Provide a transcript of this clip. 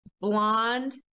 blonde